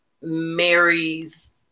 Mary's